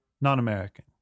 non-American